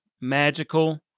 magical